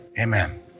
amen